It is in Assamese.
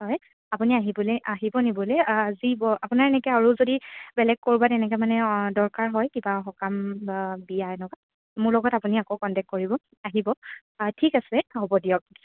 হয় আপুনি আহিবলৈ আহিব নিবলৈ যি ব আপোনাৰ এনেকৈ আৰু যদি বেলেগ ক'ৰবাত এনেকৈ মানে দৰকাৰ হয় কিবা সকাম বা বিয়া এনেকুৱা মোৰ লগত আপুনি আকৌ কণ্টেক্ট কৰিব আহিব ঠিক আছে হ'ব দিয়ক